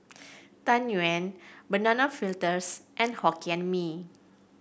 Tang Yuen Banana Fritters and Hokkien Mee